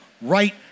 right